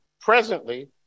presently